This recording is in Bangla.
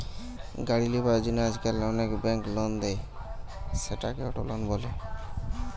গাড়ি লিবার জন্য আজকাল অনেক বেঙ্ক লোন দেয়, সেটাকে অটো লোন বলে